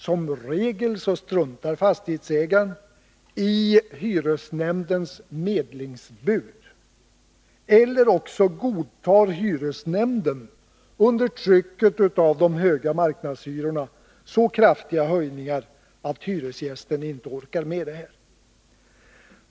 Som regel struntar fastighetsägaren i hyresnämndens medlingsbud, eller också godtar hyresnämnden, under trycket av de höga marknadshyrorna, så kraftiga höjningar att hyresgästen inte orkar med det.